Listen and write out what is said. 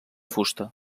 fusta